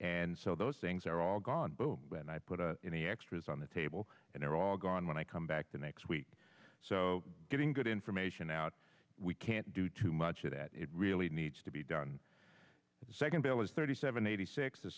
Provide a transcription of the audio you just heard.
and so those things are all gone but when i put in the extras on the table and they're all gone when i come back the next week so getting good information out we can't do too much of that it really needs to be done the second bill is thirty seven eighty six the